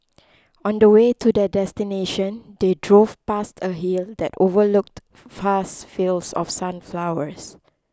on the way to their destination they drove past a hill that overlooked vast fields of sunflowers